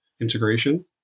integration